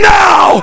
now